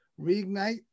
reignite